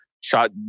shot